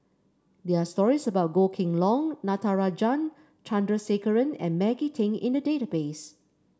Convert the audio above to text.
there are stories about Goh Kheng Long Natarajan Chandrasekaran and Maggie Teng in the database